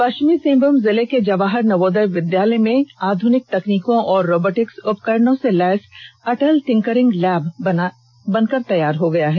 पश्चिमी सिंहभूम जिले के जवाहर नवोदय विद्यालय में आधुनिक तकनीकों और रोबोटिक्स उपकरणों से लैस अटल टिंकरिंग लैब बनकर तैयार हो गया है